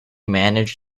manage